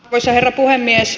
arvoisa herra puhemies